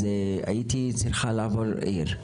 אז הייתי צריכה לעבור עיר.